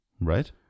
Right